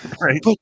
Right